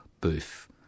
booth